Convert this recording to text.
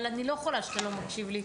אבל אני לא יכולה שאתה לא מקשיב לי,